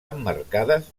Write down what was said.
emmarcades